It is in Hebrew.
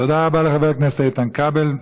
תודה רבה לחבר הכנסת איתן כבל.